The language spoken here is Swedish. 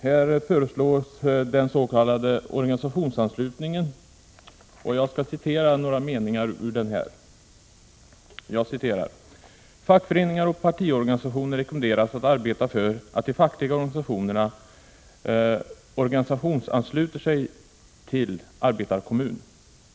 Jag skall citera några meningar angående organisationsanslutningen: ”Fackföreningar och partiorganisationer rekommenderas att arbeta för att de fackliga organisationerna organisationsansluter sig till arbetarekommun.